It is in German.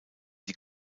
die